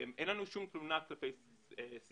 אין לנו שום תלונה כלפי סינרג'י,